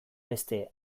beste